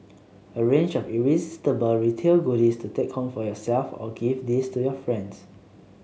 a range of irresistible retail goodies to take home for yourself or gift these to your friends